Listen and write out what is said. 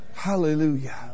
Hallelujah